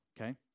Okay